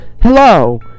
Hello